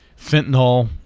Fentanyl